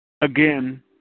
again